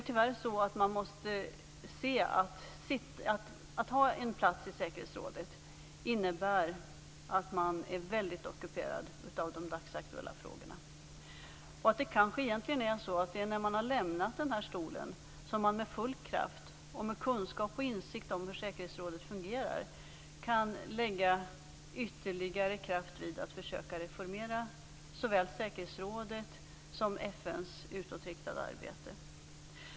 Tyvärr måste man inse att en plats i säkerhetsrådet innebär att man är väldigt ockuperad av de dagsaktuella frågorna. Kanske är det egentligen först när man har lämnat den här stolen som man med full kraft, med kunskap och insikt om hur säkerhetsrådet fungerar, kan försöka reformera såväl säkerhetsrådet som FN:s utåtriktade arbete.